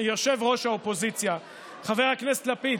יושב-ראש האופוזיציה: חבר הכנסת לפיד,